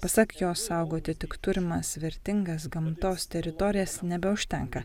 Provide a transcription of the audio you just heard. pasak jo saugoti tik turimas vertingas gamtos teritorijas nebeužtenka